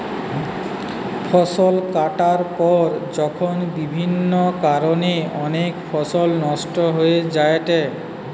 ফসল কাটার পর যখন বিভিন্ন কারণে অনেক ফসল নষ্ট হয়ে যায়েটে